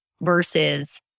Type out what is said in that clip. versus